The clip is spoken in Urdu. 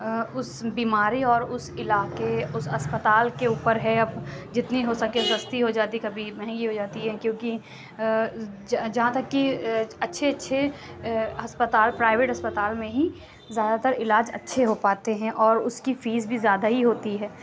اس بیماری اور اس علاقے اس اسپتال کے اوپر ہے اب جتنی ہو سکے سستی ہو جاتی کبھی مہنگی ہو جاتی ہے کیوں کہ جہاں تک کہ اچھے اچھے اسپتال پرائیویٹ اسپتال میں ہی زیادہ تر علاج اچھے ہو پاتے ہیں اور اس کی فیس بھی زیادہ ہی ہوتی ہے